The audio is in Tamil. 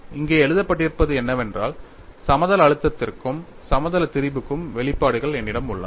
இங்கே எழுதப்பட்டிருப்பது என்னவென்றால் சமதள அழுத்தத்திற்கும் சமதள திரிபுக்கும் வெளிப்பாடுகள் என்னிடம் உள்ளன